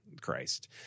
Christ